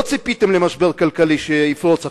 לא ציפיתם למשבר כלכלי שיפרוץ עכשיו.